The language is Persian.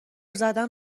زدن